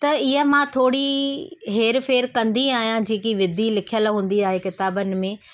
त इहा मां थोरी हेर फेर कंदी आहियां जेकी विधि लिखियलु हूंदी आहे किताबनि में